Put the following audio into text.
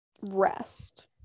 rest